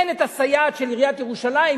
אין הסייעת של עיריית ירושלים,